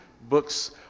books